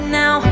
now